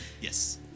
Yes